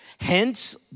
Hence